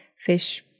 fish